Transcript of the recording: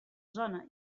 zona